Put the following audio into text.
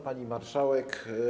Pani Marszałek!